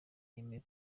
yemeye